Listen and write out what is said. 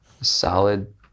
solid